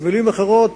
במלים אחרות,